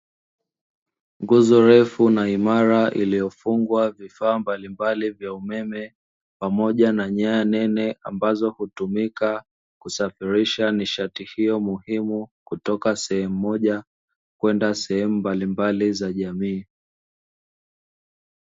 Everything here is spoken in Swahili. Nguzo refu na imara iliyofungwa vifaa mbalimbali vya umeme, pamoja na nyaya nene, ambazo hutumika kusafirisha nishati hiyo muhimu, kutoka sehemu moja kwenda sehemu mbalimbali za jamii.